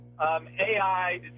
AI